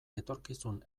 etorkizun